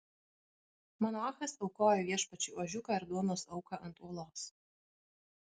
manoachas aukojo viešpačiui ožiuką ir duonos auką ant uolos